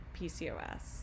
PCOS